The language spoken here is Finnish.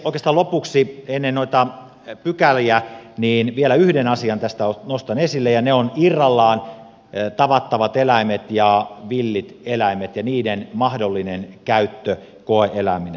oikeastaan lopuksi ennen noita pykäliä vielä yhden asian tästä nostan esille ja se on irrallaan tavattavat eläimet ja villit eläimet ja niiden mahdollinen käyttö koe eläiminä